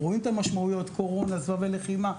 רואים את המשמעויות קורונה, סבבי לחימה.